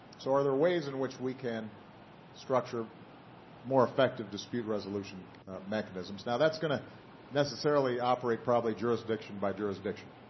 so are there ways in which we can structure more effective dispute resolution mechanisms? now, that's going to necessarily operate probably jurisdiction by jurisdiction.